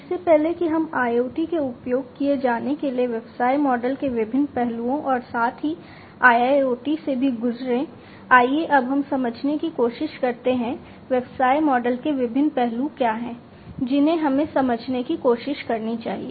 इससे पहले कि हम IoT में उपयोग किए जाने के लिए व्यवसाय मॉडल के विभिन्न पहलुओं और साथ ही IIoT से भी गुजरें आइए अब हम समझने की कोशिश करते हैं व्यवसाय मॉडल के विभिन्न पहलू क्या हैं जिन्हें हमें समझने की कोशिश करनी चाहिए